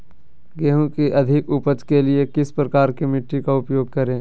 गेंहू की अधिक उपज के लिए किस प्रकार की मिट्टी का उपयोग करे?